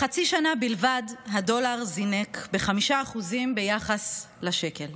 בחצי שנה בלבד הדולר זינק ב-5% ביחס לשקל,